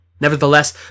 Nevertheless